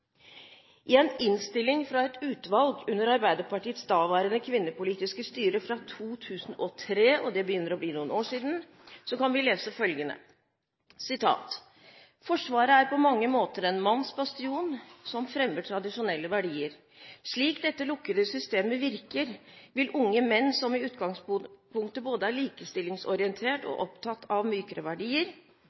I en innstilling fra et utvalg under Arbeiderpartiets daværende kvinnepolitiske styre fra 2003 – det begynner å bli noen år siden – kan vi lese følgende: «Forsvaret er på mange måter en mannsbastion som fremmer tradisjonelle verdier. Slik dette lukkede systemet virker, vil unge menn som i utgangspunktet både er likestillingsorientert og opptatt av